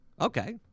Okay